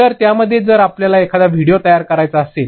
तर त्यामध्ये जर आपल्याला एखादा व्हिडिओ तयार करायचा असेल